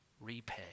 repay